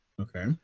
Okay